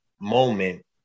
moment